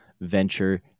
Venture